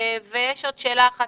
יש עוד שאלה אחת